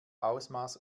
ausmaß